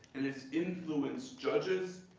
and has influenced judges,